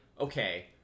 okay